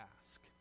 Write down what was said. ask